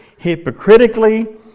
hypocritically